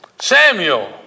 Samuel